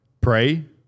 Pray